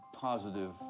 positive